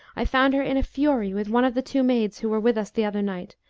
i found her in a fury with one of the two maids who were with us the other night,